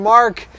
Mark